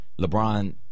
LeBron